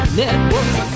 network